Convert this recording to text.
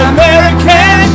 American